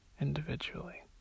individually